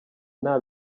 nta